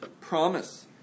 promise